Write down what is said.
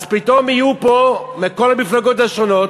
אז פתאום יהיו פה מכל המפלגות השונות,